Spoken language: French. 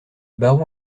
baron